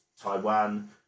Taiwan